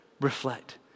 reflect